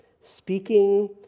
Speaking